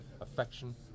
affection